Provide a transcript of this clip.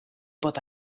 pot